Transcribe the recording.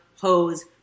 hose